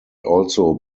also